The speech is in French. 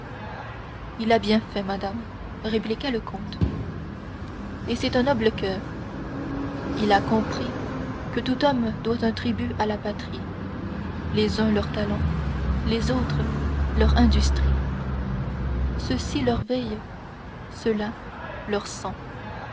il a bien fait madame répliqua le comte c'est un noble coeur il a compris que tout homme doit un tribut à la patrie les uns leurs talents les autres leur industrie ceux-ci leurs veilles ceux-là leur sang